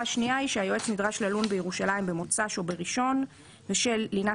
השנייה היא שהיועץ נדרש ללון בירושלים במוצ"ש או בראשון בשל לינת